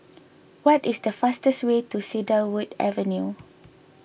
what is the fastest way to Cedarwood Avenue